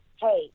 hey